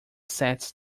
sets